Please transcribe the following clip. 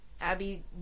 Abby